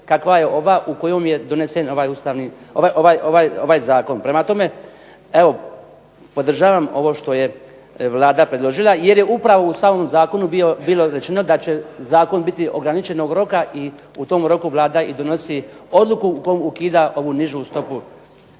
kakva je ova u kojem je donesen ovaj zakon" Prema tome, podržavam ovo što je Vlada predložila jer je upravo u samom zakonu bilo rečeno da će zakon biti ograničenog roka i u tom roku Vlada i donosi odluku kojom ukida ovu nižu stopu